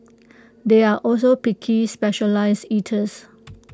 they are also picky specialised eaters